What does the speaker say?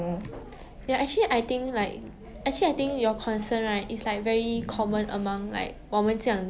很多人可以看你 then it's like even though if you are like eating healthily you know but if you don't look a certain figure people will still criticize you